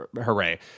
Hooray